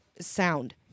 sound